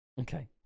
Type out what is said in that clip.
Okay